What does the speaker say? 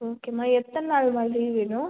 ஓகேம்மா எத்தனை நாள்மா லீவ் வேணும்